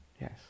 yes